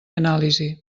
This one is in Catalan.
anàlisi